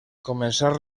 començar